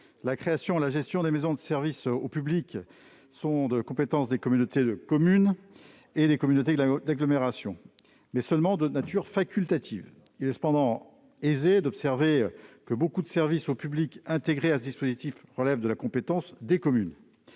La création et la gestion des maisons de services au public relèvent de la compétence des communautés de communes et des communautés d'agglomération, mais cette compétence est seulement de nature facultative. Il est néanmoins aisé d'observer que beaucoup de services au public intégrés à ce dispositif sont de la compétence des communes.